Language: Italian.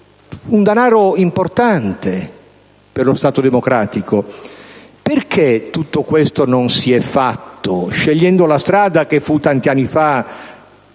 denaro importante per lo Stato democratico. Perché tutto questo non si è fatto, scegliendo la strada, già prevista tanti anni fa